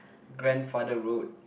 grandfather road